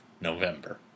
November